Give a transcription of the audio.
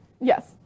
Yes